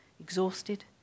exhausted